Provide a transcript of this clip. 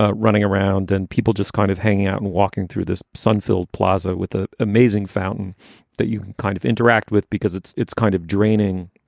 running around and people just kind of hanging out and walking through this sun filled plaza with the amazing fountain that you can kind of interact with because it's it's kind of draining